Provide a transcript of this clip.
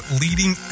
leading